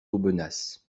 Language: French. aubenas